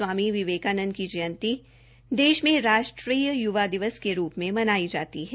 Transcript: स्वामी विवेकानंद की जयंती देश में राष्ट्रीय य्वा दिवस के रूप भी मनाई जाती है